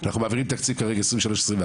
אנחנו מעבירים כרגע תקציב של 2023 ו-2024,